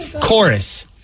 Chorus